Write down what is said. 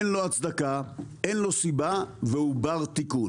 אין לו הצדקה, אין לו סיבה והוא בר תיקון.